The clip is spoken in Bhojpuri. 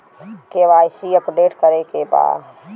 के.वाइ.सी अपडेट करे के बा?